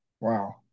Wow